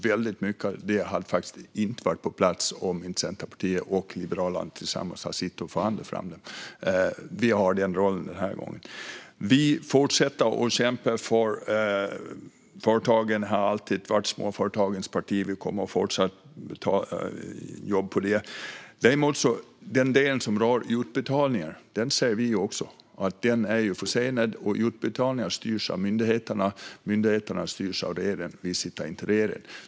Väldigt mycket av det hade inte varit på plats om inte Centerpartiet och Liberalerna tillsammans hade förhandlat fram det. Vi har den rollen den här gången. Vi fortsätter att kämpa för företagen. Vi har alltid varit småföretagens parti, och vi kommer att fortsätta jobba för dem. Också vi ser att den del som rör utbetalning är försenad. Utbetalningar styrs av myndigheterna, och myndigheterna styrs av regeringen. Men vi sitter inte i regeringen.